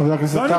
חבר הכנסת עטר,